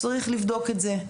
צריך לבדוק את זה.